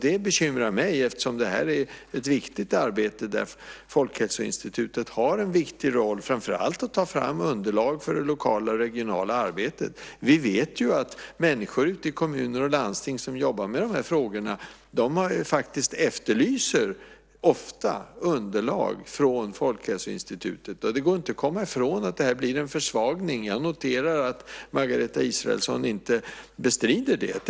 Det bekymrar mig eftersom det är ett viktigt arbete, där Folkhälsoinstitutet har en viktig roll framför allt när det gäller att ta fram underlag för det lokala och regionala arbetet. Vi vet att människor i kommuner och landsting som jobbar med dessa frågor ofta efterlyser underlag från Folkhälsoinstitutet. Det går inte att komma ifrån att det blir en försvagning. Jag noterar att Margareta Israelsson inte bestrider det.